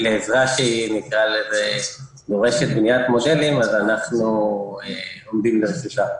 לעזרה שדורשת בניית מודלים, אנחנו עומדים לרשותה.